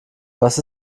was